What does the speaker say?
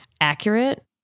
accurate